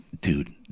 Dude